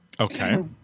Okay